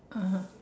(uh huh)